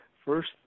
First